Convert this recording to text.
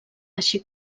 així